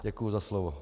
Děkuju za slovo.